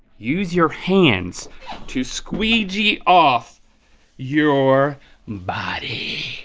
use your hands to squeegee off your body.